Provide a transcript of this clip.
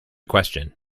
question